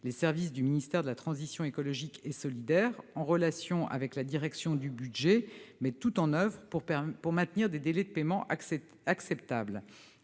Les services du ministère de la transition écologique et solidaire, en relation avec la direction du budget, mettent tout en oeuvre pour maintenir des délais de paiement acceptables.